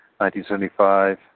1975